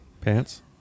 Pants